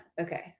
okay